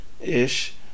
Ish